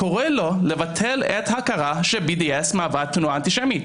הקורא לו לבטל את ההכרה ש-BDS מהווה תנועה אנטישמית.